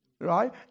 Right